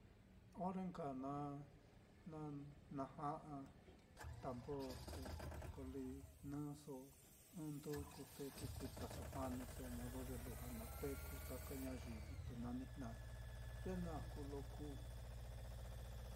Ore nka na-naja'a tambor, te li jniso ɨ́ɨ́n nduku, te ki kuitaso janiso, modo ye lujua naá teku taka ñayivi te nanijna'ai, ye naá kuu lo kuu.